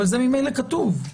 אבל זה ממילא כתוב.